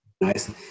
nice